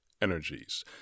energies